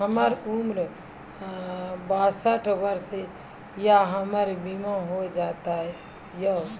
हमर उम्र बासठ वर्ष या हमर बीमा हो जाता यो?